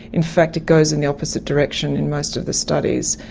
in fact it goes in the opposite direction in most of the studies,